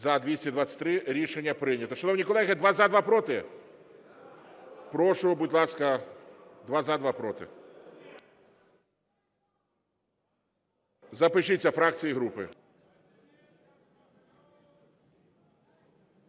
За-223 Рішення прийнято. Шановні колеги, два – за, два – проти? Прошу, будь ласка: два – за, два – проти. Запишіться фракції і групи.